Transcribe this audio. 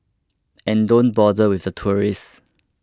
and don't bother with the tourists